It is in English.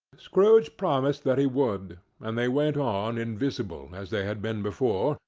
scrooge promised that he would and they went on, invisible, as they had been before,